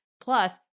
Plus